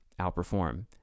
outperform